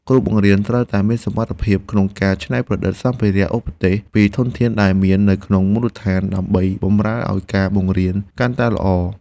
គ្រូបង្រៀនត្រូវមានសមត្ថភាពក្នុងការច្នៃប្រឌិតសម្ភារៈឧបទេសពីធនធានដែលមាននៅក្នុងមូលដ្ឋានដើម្បីបម្រើឱ្យការបង្រៀនកាន់តែល្អ។